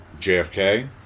JFK